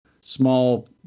small